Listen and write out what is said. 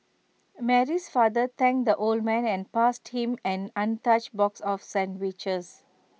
Mary's father thanked the old man and passed him an untouched box of sandwiches